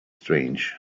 strange